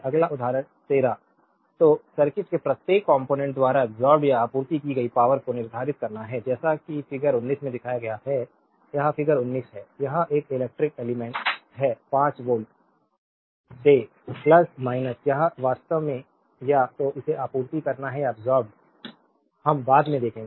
अगला उदाहरण 13 तो सर्किट के प्रत्येक कॉम्पोनेन्ट द्वारा अब्सोर्बेद या आपूर्ति की गई पावरको निर्धारित करना है जैसा कि फिगर 19 में दिखाया गया है यह फिगर 19 है यह एक इलेक्ट्रिक एलिमेंट्स है 5 वोल्टेज दे यह वास्तव में या तो इसे आपूर्ति करता है या एक अब्सोर्बेद हम बाद में देखेंगे